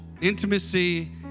intimacy